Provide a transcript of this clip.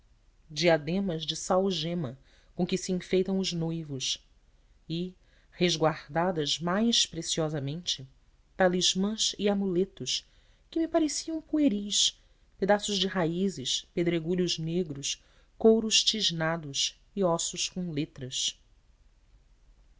diademas de sal gema com que se enfeitam os noivos e resguardados mais preciosamente talismãs e amuletos que me pareciam pueris pedaços de raízes pedregulhos negros couros tisnados e ossos com letras